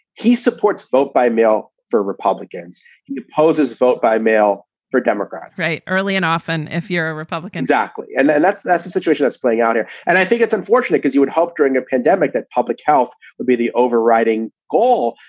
he supports vote by mail for republicans. he opposes vote by mail for democrats. right early and often if you're and republicans, actually and and that's that's a situation that's playing out here. and i think it's unfortunate because you would hope during a pandemic that public health would be the overriding goal.